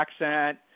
accent